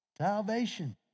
Salvation